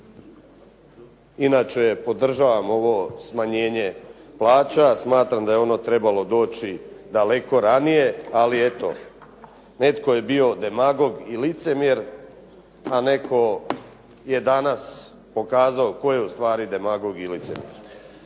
Inače podržavam ovo smanjenje plaća. Smatram da je ono trebalo doći daleko ranije, ali eto netko je bio demagog i licemjer, a netko je danas pokazao tko je u stvari demagog i licemjer.